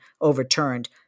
overturned